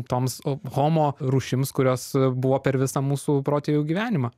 toms homo rūšims kurios buvo per visą mūsų protėvių gyvenimą